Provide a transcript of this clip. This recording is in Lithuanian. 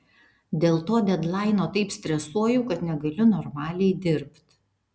dėl to dedlaino taip stresuoju kad negaliu normaliai dirbt